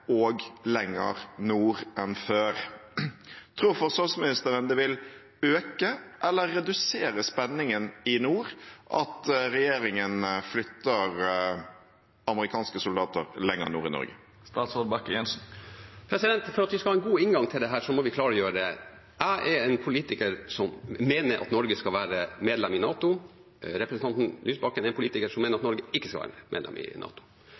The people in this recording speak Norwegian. og lenger nord enn før. Tror forsvarsministeren det vil øke eller redusere spenningen i nord at regjeringen flytter amerikanske soldater lenger nord i Norge? For at vi skal ha en god inngang til dette, må vi klargjøre følgende: Jeg er en politiker som mener at Norge skal være medlem i NATO, representanten Lysbakken er en politiker som mener at Norge ikke skal være medlem i NATO.